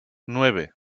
nueve